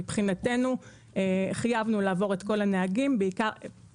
מבחינתנו חייבנו לעבור את כל הנהגים השתלמות בנושא ריתום מטענים.